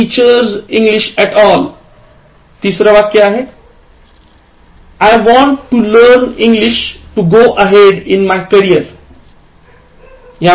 तिसरं वाक्य I want to learn English to go ahead in my career